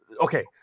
okay